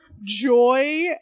joy